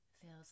feels